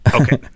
Okay